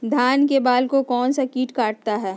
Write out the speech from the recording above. धान के बाल को कौन सा किट काटता है?